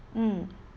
mm